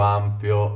ampio